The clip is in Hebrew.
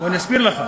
בוא אני אסביר לך.